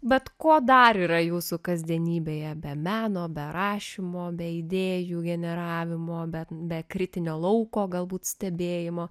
bet kuo dar yra jūsų kasdienybėje be meno be rašymo bei idėjų generavimo bet be kritinio lauko galbūt stebėjimo